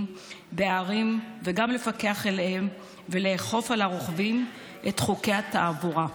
בערים וגם לפקח עליהם ולאכוף על הרוכבים את חוקי התעבורה.